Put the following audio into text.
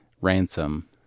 Ransom